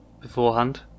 beforehand